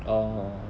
orh